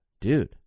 dude